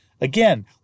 Again